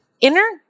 inner